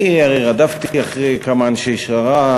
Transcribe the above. אני הרי רדפתי אחרי כמה אנשי שררה,